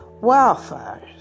wildfires